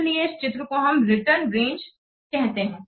इसलिए इस चित्र को हम रिटर्नरेंज कहते हैं